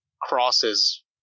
crosses